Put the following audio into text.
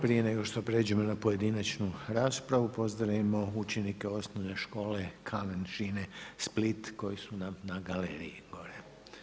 Prije nego što prijeđemo na pojedinačnu raspravu, pozdravimo učenike osnovne škole Kamen-Šine Split koji su nam na galeriji gore.